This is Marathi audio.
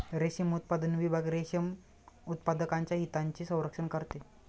रेशीम उत्पादन विभाग रेशीम उत्पादकांच्या हितांचे संरक्षण करते